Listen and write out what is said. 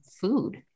food